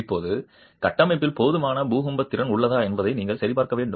இப்போது கட்டமைப்பில் போதுமான பூகம்ப திறன் உள்ளதா என்பதை நீங்கள் சரிபார்க்க வேண்டும்